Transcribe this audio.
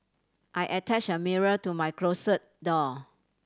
I attached a mirror to my closet door